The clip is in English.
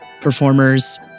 performers